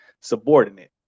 subordinate